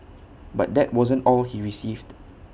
but that wasn't all he received